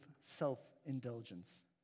self-indulgence